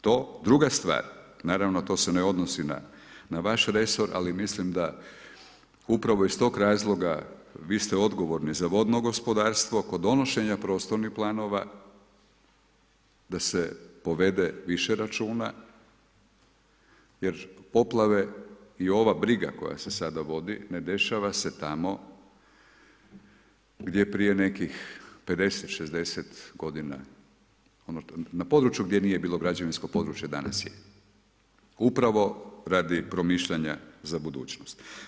To, druga stvar, naravno to se ne odnosi na vaš resor ali mislim da upravo iz tog razloga, vi ste odgovorni za vodno gospodarstvo, kod donošenja prostornih planova da se povede više računa jer poplave i ova briga koja se sada vodi ne dešava se tamo gdje prije nekih 50, 60 godina, na području gdje nije bilo građevinsko područje danas je, upravo radi promišljanja za budućnost.